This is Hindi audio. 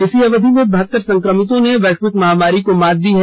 इसी अवधि में बहतर संक्रमितों ने वैश्विक महामारी को मात दी है